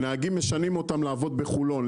משנעים נהגים לעבוד בחולון,